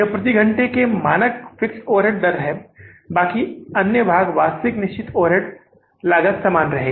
यह प्रति घंटे के मानक फिक्स्ड ओवरहेड की दर है बाकि अन्य भाग वास्तविक निश्चित ओवरहेड लागत सामान रहेगा